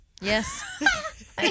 Yes